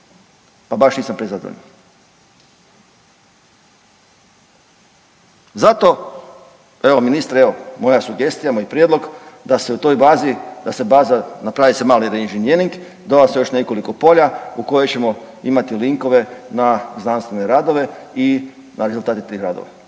pa baš nisam prezadovoljan. Zato evo ministre moja sugestija, moj prijedlog da se o toj bazi, da se o toj bazi, napravi se mali reinžinjering, doda se još nekoliko polja u kojima ćemo imati linkove na znanstvene radove i na rezultate tih radova.